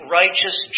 righteous